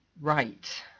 Right